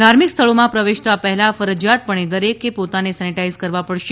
ધાર્મિક સ્થળોમાં પ્રવેશતા પહેલાં ફરજિયાતપણે દરેકે પોતાને સેનીટાઇઝ કરવા પડશે